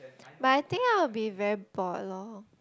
but I think I will be very bored lor